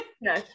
no